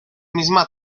misma